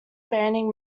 spanning